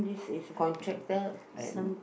contractor and